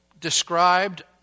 described